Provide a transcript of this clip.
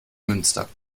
münster